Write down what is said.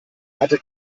hatte